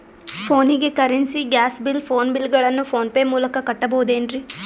ಫೋನಿಗೆ currency, gas bill, phone bill ಗಳನ್ನು PhonePe ಮೂಲಕ ಕಟ್ಟಬಹುದೇನ್ರಿ?